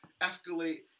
escalate